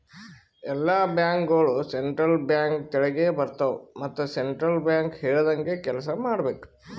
ಎಲ್ಲಾ ಬ್ಯಾಂಕ್ಗೋಳು central bank ತೆಳಗೆ ಬರ್ತಾವ ಮತ್ ಸೆಂಟ್ರಲ್ ಬ್ಯಾಂಕ್ ಹೇಳ್ದಂಗೆ ಕೆಲ್ಸಾ ಮಾಡ್ಬೇಕ್